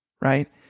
right